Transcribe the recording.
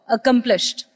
Accomplished